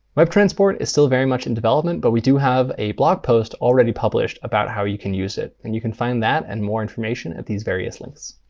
webtransport is still very much in development, but we do have a blog post already published about how you can use it. and you can find that and more information at these various links.